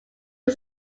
was